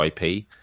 IP